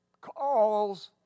Calls